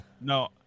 no